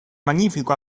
magnifico